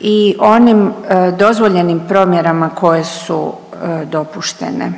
i onim dozvoljenim promjerama koje su dopuštene.